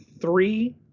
three